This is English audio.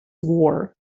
war